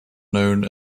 known